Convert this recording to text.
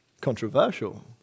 Controversial